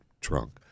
trunk